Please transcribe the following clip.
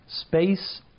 space